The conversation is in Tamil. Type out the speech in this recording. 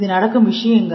இது நடக்கும் விஷயங்கள்